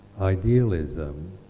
idealism